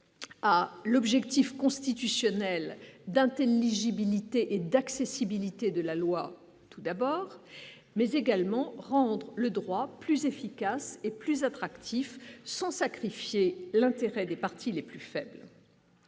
à l'objectif constitutionnelle d'intelligibilité et d'accessibilité de la loi, tout d'abord, mais également rendre le droit plus efficace et plus attractif, sans sacrifier l'intérêt des parties les plus faibles.